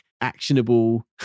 actionable